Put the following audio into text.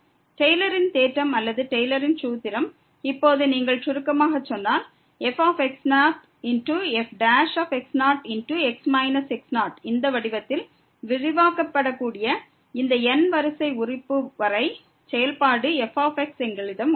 டெய்லரின் தேற்றம் அல்லது டெய்லரின் சூத்திரத்தை இப்போது நீங்கள் சுருக்கமாகச் சொன்னால் f fx0x x0 இந்த வடிவத்தில் விரிவாக்கப்படக்கூடிய இந்த n வரிசை உறுப்பு வரை செயல்பாடு f எங்களிடம் உள்ளது